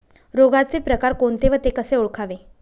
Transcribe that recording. रोगाचे प्रकार कोणते? ते कसे ओळखावे?